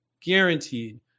guaranteed